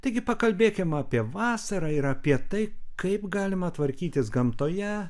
taigi pakalkbėkim apie vasarą ir apie tai kaip galima tvarkytis gamtoje